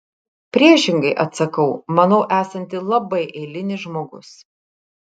priešingai atsakau manau esanti labai eilinis žmogus